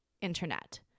internet